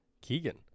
Keegan